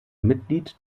mitglied